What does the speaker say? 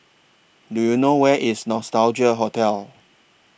Do YOU know Where IS Nostalgia Hotel